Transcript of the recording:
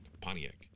Pontiac